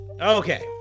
Okay